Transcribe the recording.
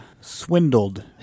swindled